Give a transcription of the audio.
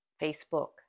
facebook